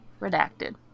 Redacted